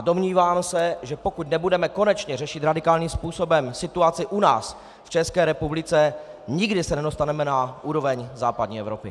Domnívám se, že pokud nebudeme konečně řešit radikálním způsobem situaci u nás, v České republice, nikdy se nedostaneme na úroveň západní Evropy.